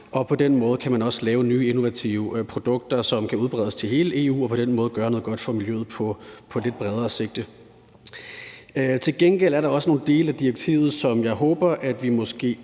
På den måde kan man også lave nye innovative produkter, som kan udbredes til hele EU, og på den måde kan man gøre noget godt for miljøet med et lidt bredere sigte. Til gengæld er der nogle dele af direktivet, som jeg håber at vi måske